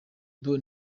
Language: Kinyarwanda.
boo